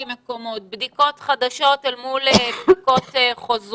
מקומות, בדיקות חדשות אל מול בדיקות חוזרות,